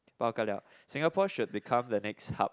Bao Ka Liao Singapore should become the next hub